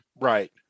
Right